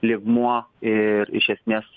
lygmuo ir iš esmės